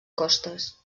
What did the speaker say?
costes